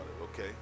okay